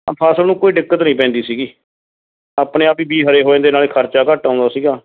ਫਸਲ ਨੂੰ ਕੋਈ ਦਿੱਕਤ ਨਹੀਂ ਪੈਂਦੀ ਸੀਗੀ ਆਪਣੇ ਆਪ ਹੀ ਬੀਜ ਹਰੇ ਹੋ ਜਾਂਦੇ ਨਾਲੇ ਖਰਚਾ ਘੱਟ ਆਉਂਦਾ ਸੀਗਾ